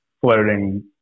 floating